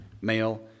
male